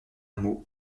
hameau